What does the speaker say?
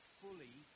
fully